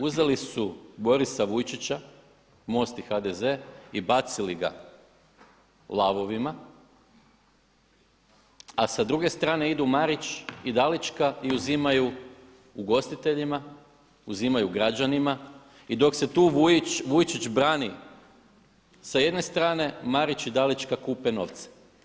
Uzeli su Borisa Vujčića MOST i HDZ i bacili ga lavovima, a sa druge strane idu Marić i Dalićka i uzimaju ugostiteljima, uzimaju građanima i dok se tu Vujčić brani sa jedne strane, Marić i Dalićka kupe novce.